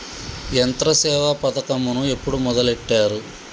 యంత్రసేవ పథకమును ఎప్పుడు మొదలెట్టారు?